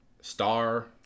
star